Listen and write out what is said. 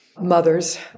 mothers